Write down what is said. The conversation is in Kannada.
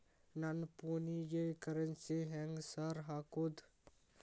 ನನ್ ಫೋನಿಗೆ ಕರೆನ್ಸಿ ಹೆಂಗ್ ಸಾರ್ ಹಾಕೋದ್?